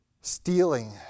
stealing